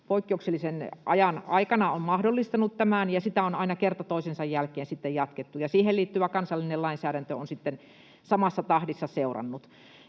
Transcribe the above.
poikkeuksellisen ajan aikana on mahdollistanut tämän, ja sitä on aina kerta toisensa jälkeen sitten jatkettu, ja siihen liittyvä kansallinen lainsäädäntö on sitten samassa tahdissa seurannut.